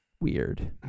Weird